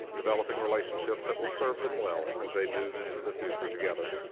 developing relationships that will serve them well as they move into the future together.